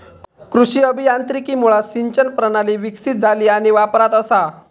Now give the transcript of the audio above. कृषी अभियांत्रिकीमुळा सिंचन प्रणाली विकसीत झाली आणि वापरात असा